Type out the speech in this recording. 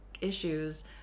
issues